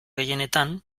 gehienetan